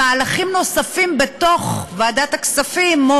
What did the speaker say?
מהלכים נוספים בתוך ועדת הכספים או